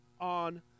on